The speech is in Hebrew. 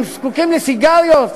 הם זקוקים לסיגריות,